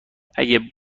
اگه